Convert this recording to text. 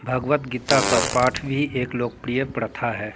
भगवद गीता का पाठ भी एक लोकप्रिय प्रथा है